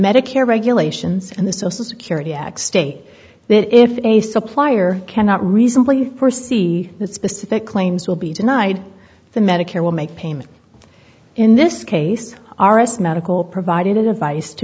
medicare regulations and the social security act state that if a supplier cannot reasonably poor see that specific claims will be denied the medicare will make payment in this case are us medical provided advice to